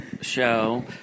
show